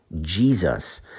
Jesus